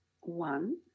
One